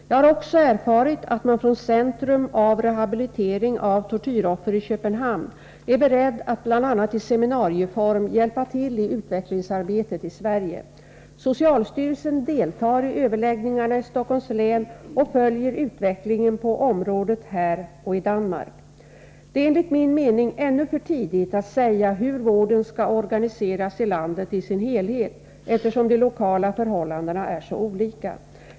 Jag har också erfarit att man från Centrum för rehabilitering av tortyroffer i Köpenhamn är beredd att bl.a. i seminarieform hjälpa till i utvecklingsarbetet i Sverige. Socialstyrelsen deltar i överläggningarna i Stockholms län och följer utvecklingen på området här och i Danmark. Det är enligt min mening ännu för tidigt att säga — Nr 118 hur vården skall organiseras i landet i dess helhet, eftersom de lokala Torsdagen den förhållandena är så olika.